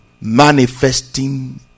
Manifesting